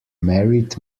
married